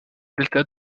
delta